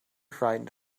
frightened